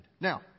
Now